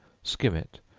skim it,